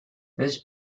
this